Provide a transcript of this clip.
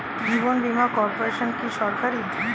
জীবন বীমা কর্পোরেশন কি সরকারি?